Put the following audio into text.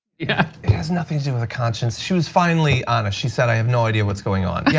yeah. it has nothing to do with a conscience. she was finally honest, she said i have no idea what's going on. yeah,